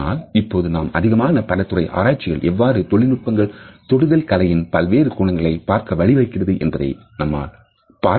ஆனால் இப்போது நாம் அதிகமான பலதுறை ஆராய்ச்சிகள் எவ்வாறு தொழில்நுட்பங்கள் தொடுதல் கலையின் பல்வேறு கோணங்களை பார்க்க வழிவகுக்கிறது என்பதை நம்மால் பார்க்க முடிகிறது